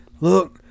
Look